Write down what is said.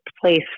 place